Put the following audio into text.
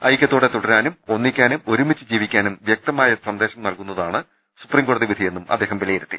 ഐക്യത്തോടെ തുടരാനും ഒന്നി ക്കാനും ഒരുമിച്ച് ജീവിക്കാനും വൃക്തമായ സന്ദേശം നൽകുന്ന താണ് സുപ്രീംകോടതി വിധിയെന്നും അദ്ദേഹം വിലയിരുത്തി